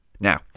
Now